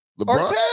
lebron